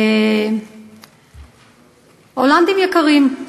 הולנדים יקרים,